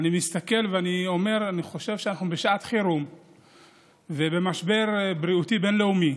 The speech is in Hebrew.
אני מסתכל ואומר: אני חושב שאנחנו בשעת חירום ובמשבר בריאותי בין-לאומי